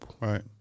Right